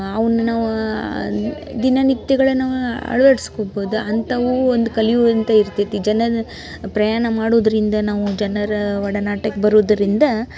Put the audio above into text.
ಅವ್ನ ನಾವು ದಿನನಿತ್ಯಗಳ ನಾವು ಅಳ್ವಡ್ಸ್ಕೊಬೋದು ಅಂಥವು ಒಂದು ಕಲಿಯುವಂಥ ಇರ್ತೈತಿ ಜನರ ಪ್ರಯಾಣ ಮಾಡೋದರಿಂದ ನಾವು ಜನರ ಒಡನಾಟಕ್ಕೆ ಬರುದರಿಂದ